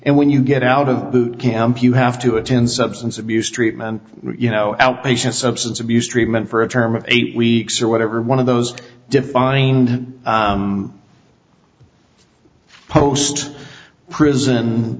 and when you get out of boot camp you have to attend substance abuse treatment you know outpatient substance abuse treatment for a term of eight weeks or whatever one of those defined post